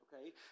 Okay